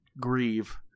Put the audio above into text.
grieve